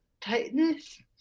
tightness